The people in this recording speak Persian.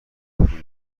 پول